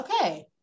okay